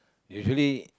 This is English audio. usually